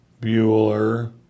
Bueller